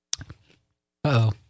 Uh-oh